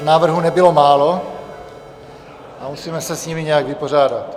Těch návrhů nebylo málo a musíme se s nimi nějak vypořádat.